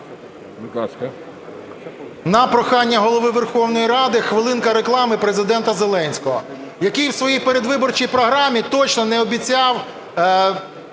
На прохання Голови Верховної Ради, хвилинка реклами Президента Зеленського, який в своїй передвиборчій програмі точно не обіцяв